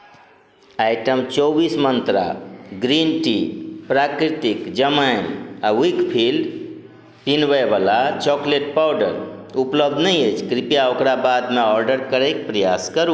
item चौबीस Mantra green tea प्राकृतिक जमाइन आ विकफील्ड पिनबैवला चॉकलेट पाउडर उपलब्ध नहि अछि कृपया ओकरा बादमे ऑर्डर करैक प्रयास करू